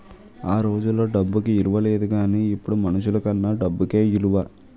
ఆ రోజుల్లో డబ్బుకి ఇలువ లేదు గానీ ఇప్పుడు మనుషులకన్నా డబ్బుకే ఇలువ